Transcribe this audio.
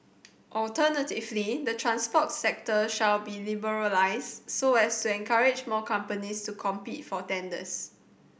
alternatively the transport sector shall be liberalised so as encourage more companies to compete for tenders